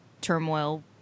turmoil